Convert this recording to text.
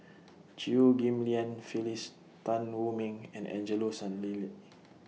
Chew Ghim Lian Phyllis Tan Wu Meng and Angelo Sanelli